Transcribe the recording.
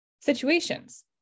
situations